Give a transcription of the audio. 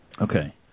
okay